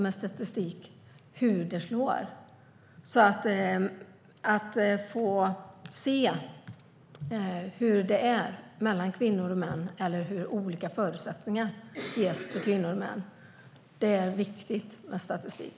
Med statistik kan man se hur det slår och hur olika förutsättningar ges till kvinnor och män. Det är viktigt med statistik.